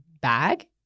bag